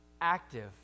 Active